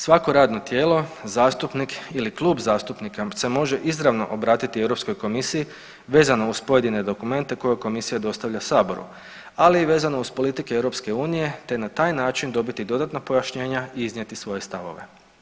Svako radno tijelo, zastupnik ili klub zastupnika se može izravno obratiti Europskoj komisiji vezano uz pojedine dokumente koje Komisija dostavlja Saboru, ali i vezano uz politike Europske unije te na taj način dobiti dodatne pojašnjenja i iznijeti svoje stavove.